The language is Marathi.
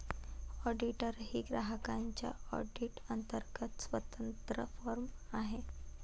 ऑडिटर ही ग्राहकांच्या ऑडिट अंतर्गत स्वतंत्र फर्म आहे